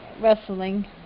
wrestling